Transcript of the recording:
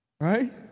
Right